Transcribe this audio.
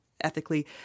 ethically